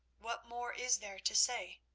what more is there to say?